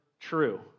true